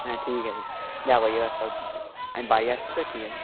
হ্যাঁ ঠিক আছে ঠিক আছে যাবো এবার সব দিন যাবো আমি বাড়ি আসছি তো ঠিক আছে